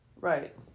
Right